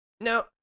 Now